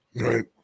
right